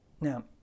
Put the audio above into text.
Now